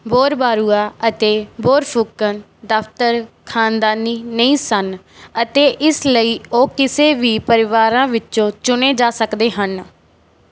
ਬੋਰਬਾਰੂਆ ਅਤੇ ਬੋਰਫੁਕਨ ਦਫਤਰ ਖ਼ਾਨਦਾਨੀ ਨਹੀਂ ਸਨ ਅਤੇ ਇਸ ਲਈ ਉਹ ਕਿਸੇ ਵੀ ਪਰਿਵਾਰਾਂ ਵਿੱਚੋਂ ਚੁਣੇ ਜਾ ਸਕਦੇ ਹਨ